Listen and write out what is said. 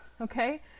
okay